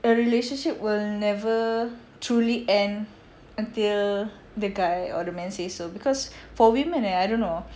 a relationship will never truly end until the guy or the man says so because for women eh I don't know